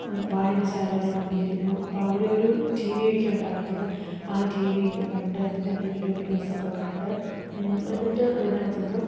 വായനശാലകൾ വന്നിരിക്കുന്നു അപ്പം അവിടെ ഒരു ടി വിയൊക്കെ ഉണ്ടാകത്തുള്ളൂ ആ ടി വിയൊക്കെ കണ്ട് അതിലെന്തെങ്കിലുമൊക്കെ ന്യൂസൊക്കെ കണ്ട് എന്നിട്ട് അതിനാകത്തു നിന്ന്